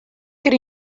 kear